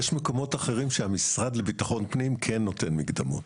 יש מקומות אחרים שהמשרד לביטחון פנים כן נותן מקדמות.